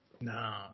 No